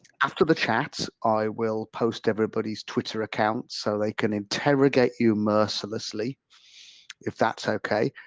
after the chat, i will post everybody's twitter account so they can interrogate you mercilessly if that's okay.